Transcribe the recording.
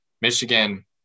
Michigan